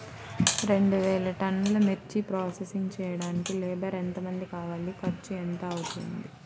రెండు వేలు టన్నుల మిర్చి ప్రోసెసింగ్ చేయడానికి లేబర్ ఎంతమంది కావాలి, ఖర్చు ఎంత అవుతుంది?